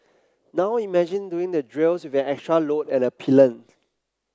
now imagine doing the drills with an extra load and a pillion